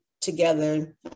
together